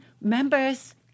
members